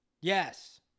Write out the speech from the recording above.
Yes